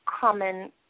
common